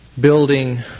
building